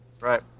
Right